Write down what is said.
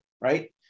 right